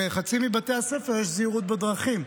לחצי לבתי הספר יש זהירות בדרכים.